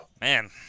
Man